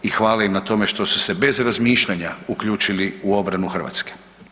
I hvala im na tome što su se bez razmišljanja uključili u obranu Hrvatske.